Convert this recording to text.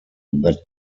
that